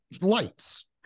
lights